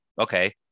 okay